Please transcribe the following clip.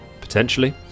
Potentially